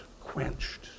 quenched